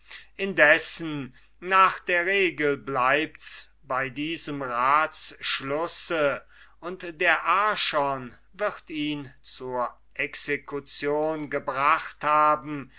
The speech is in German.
indessen nach der regel majora concludunt bleibts bei diesem ratsschlusse und der archon wird ihn zur execution gebracht haben